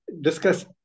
discuss